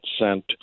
sent